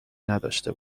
نداشته